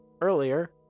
Earlier